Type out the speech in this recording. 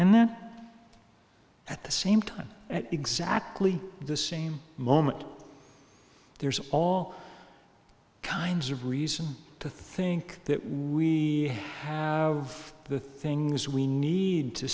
and then at the same time at exactly the same moment there's all kinds of reasons to think that we have the things we need to